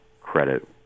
credit